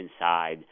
inside